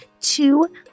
two